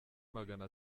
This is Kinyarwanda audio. magana